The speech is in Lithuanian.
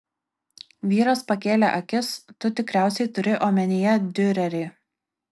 vyras pakėlė akis tu tikriausiai turi omenyje diurerį